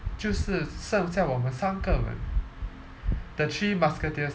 就是剩下我们三个人 the three musketeers